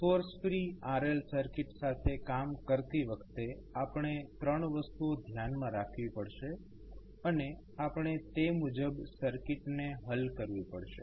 source free RL circuit સાથે કામ કરતી વખતે આપણે 3 વસ્તુઓ ધ્યાનમાં રાખવી પડશે અને આપણે તે મુજબ સર્કિટને હલ કરવી પડશે